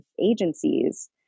agencies